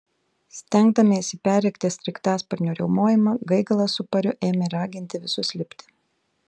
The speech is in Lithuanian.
stengdamiesi perrėkti sraigtasparnio riaumojimą gaigalas su pariu ėmė raginti visus lipti